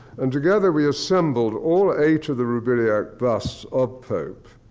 and together, we assembled all eight of the roubiliac busts of pope.